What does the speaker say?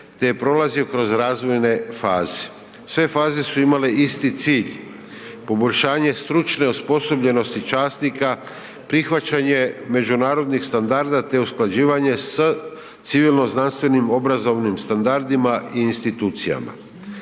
te je prolazio kroz razvojne faze. Sve faze su imale isti cilj. Poboljšanje stručne osposobljenosti časnika, prihvaćanje međunarodnih standarda, te usklađivanje s civilno znanstvenim obrazovnim standardima i institucijama.